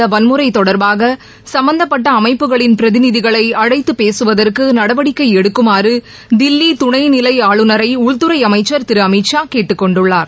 கில்லி வன்முறை தொடர்பாக இதுவறைர்லால் சம்பந்தப்பட்ட அமைப்புகளின் பிரதிநிதிகளை அழைத்து பேசுவதற்கு நடவடிக்கை எடுக்குமாறு தில்லி குனை நிலை ஆளுநரை உள்துறை அமைச்சர் திரு அமித் ஷா கேட்டுக் கொண்டுள்ளார்